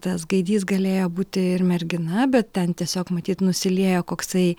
tas gaidys galėjo būti ir mergina bet ten tiesiog matyt nusiliejo koksai